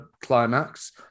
climax